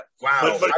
wow